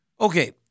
Okay